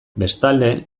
bestalde